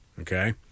Okay